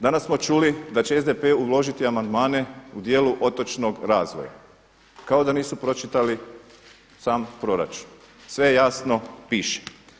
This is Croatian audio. Danas smo čuli da će SDP uložiti amandmane u dijelu otočnog razvoja kao da nisu pročitali sam proračun sve jasno piše.